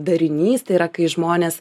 darinys tai yra kai žmonės